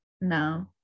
No